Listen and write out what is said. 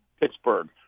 Pittsburgh